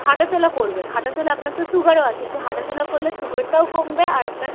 হাঁটাচলা করবেন হাঁটাচলা আপনার তো সুগারও আছে একটু হাঁটাচলা করলে সুগারটাও কমবে আর আপনার